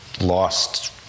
lost